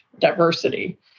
diversity